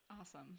Awesome